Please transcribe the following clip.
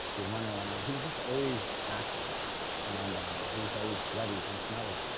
be running around. he was just always active and um he was always sweaty and smelly.